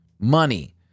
money